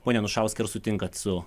pone anušauskai ar sutinkat su